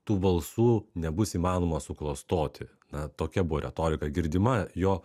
tų balsų nebus įmanoma suklastoti na tokia buvo retorika girdima jo